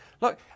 look